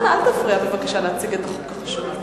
אנא, אל תפריע להציג את החוק החשוב.